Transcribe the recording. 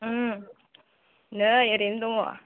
नै ओरैनो दङ